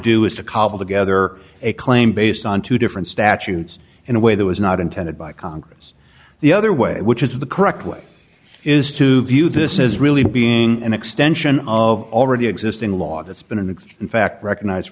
do is to cobble together a claim based on two different statutes in a way that was not intended by congress the other way which is the correct way is to view this as really being an extension of already existing law that's been in and in fact recognize